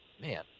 man